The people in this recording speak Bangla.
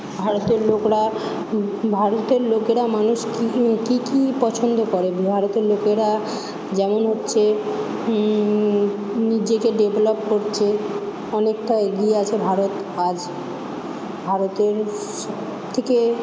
ভারতের লোকরা ভারতের লোকেরা মানুষ কী কী পছন্দ করে ভারতের লোকেরা যেমন হচ্ছে নিজেকে ডেভলপ করছে অনেকটা এগিয়ে আছে ভারত আজ ভারতের থেকে